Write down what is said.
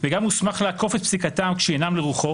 וגם מוסמך לעקוף את פסיקתם כשהיא אינה לרוחו,